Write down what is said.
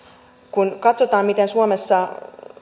kun katsotaan miten suomessa